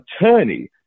attorney